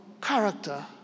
character